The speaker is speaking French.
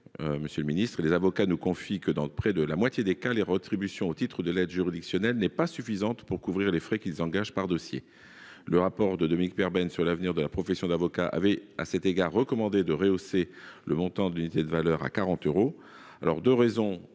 Monsieur le garde des sceaux, les avocats nous confient que, dans près de la moitié des cas, leur rétribution au titre de l'aide juridictionnelle n'est pas suffisante pour couvrir les frais qu'ils engagent par dossier. Le rapport de la mission relative à l'avenir de la profession d'avocat, présidée par Dominique Perben, avait, à cet égard, recommandé de rehausser le montant de l'unité de valeur à 40 euros.